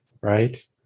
right